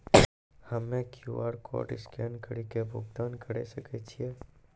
हम्मय QR code scan कड़ी के भुगतान करें सकय छियै?